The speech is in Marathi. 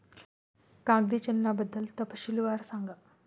कागदी चलनाबद्दल तपशीलवार सांगा